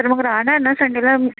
तर मग राहणार ना संडेला